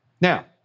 Now